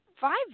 five